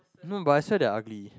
no but I swipe the ugly